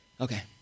okay